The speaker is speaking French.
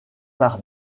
par